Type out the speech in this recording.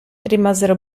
rimasero